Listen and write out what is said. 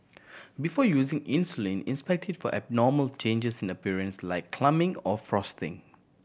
before using insulin inspect it for abnormal changes in appearance like clumping or frosting